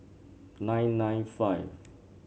nine nine five